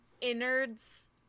innards